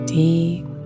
deep